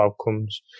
outcomes